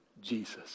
Jesus